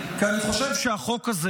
כי אני חושב שהחוק הזה